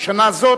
בשנה זאת,